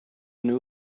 new